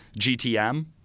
GTM